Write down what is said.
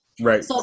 Right